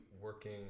working